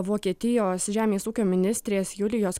vokietijos žemės ūkio ministrės julijos